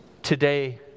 Today